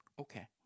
Okay